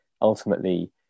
ultimately